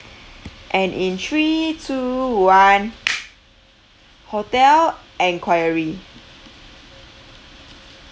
and in three two one hotel enquiry